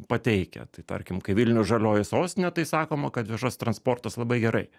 pateikia tai tarkim kai vilnius žalioji sostinė tai sakoma kad viešas transportas labai gerai